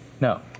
No